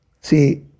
See